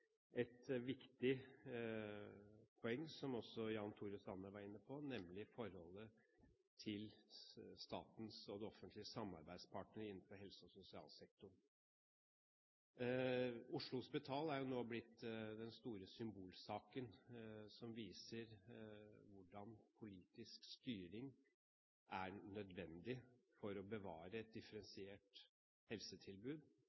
et viktig poeng, som også Jan Tore Sanner var inne på, nemlig forholdet til statens/det offentliges samarbeidspartner innenfor helse- og sosialsektoren. Oslo Hospital er blitt den store symbolsaken som viser at politisk styring er nødvendig for å bevare et